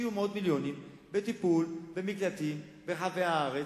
השקיעו מאות-מיליונים בטיפול במקלטים ברחבי הארץ,